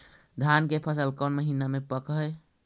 धान के फसल कौन महिना मे पक हैं?